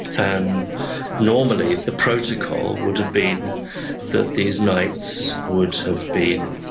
and normally, the protocol would have been that these knights would have been